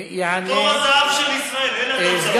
יעלה סגן השר, תור הזהב של ישראל, אלה התוצאות.